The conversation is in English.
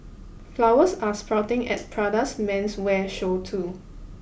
flowers are sprouting at Prada's menswear show too